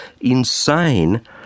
insane